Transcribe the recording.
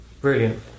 Brilliant